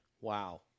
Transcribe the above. Wow